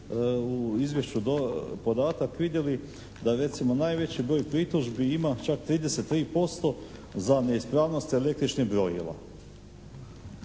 u izvješću podatak vidjeli da recimo najveći broj pritužbi ima čak 33% za neispravnosti električnih brojila,